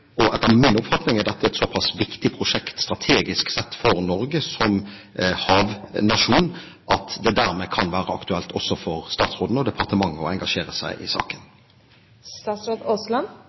Etter min oppfatning er dette strategisk sett et såpass viktig prosjekt for Norge som havnasjon at det dermed kan være aktuelt også for statsråden og departementet å engasjere seg i